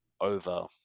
over